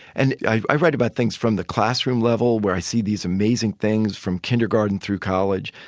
and i write about things from the classroom level, where i see these amazing things from kindergarten through college.